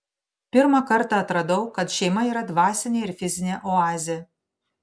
pirmą kartą atradau kad šeima yra dvasinė ir fizinė oazė